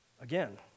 Again